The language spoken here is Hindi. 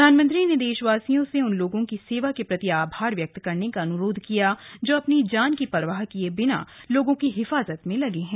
प्रधानमंत्री ने देशवासियों से उन लोगों की सेवा के प्रति आभार व्यक्त करने का अन्रोध किया जो अपनी जान की परवाह किए बिना लोगों की हिफाजत में लगे हैं